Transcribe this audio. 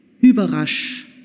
Überrasch